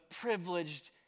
privileged